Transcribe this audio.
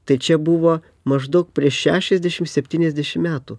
tai čia buvo maždaug prieš šešiasdešim septyniasdešim metų